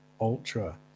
ultra